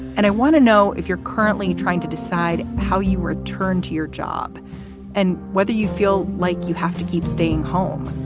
and i want to know if you're currently trying to decide how you would turn to your job and whether you feel like you have to keep staying home.